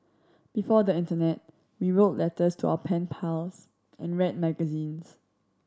before the internet we wrote letters to our pen pals and read magazines